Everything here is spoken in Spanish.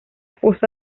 fosa